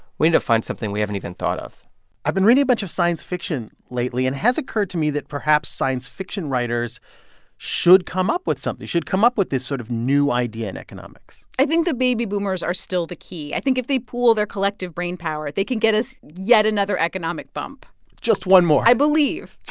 and find something we haven't even thought of i've been reading a bunch of science fiction lately. and it has occurred to me that perhaps science fiction writers should come up with something, should come up with this sort of new idea in economics i think the baby boomers are still the key. i think if they pool their collective brain power, they could get us yet another economic bump just one more i believe.